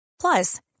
Plus